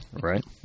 Right